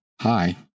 Hi